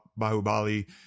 Bahubali